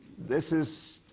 this is